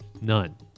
None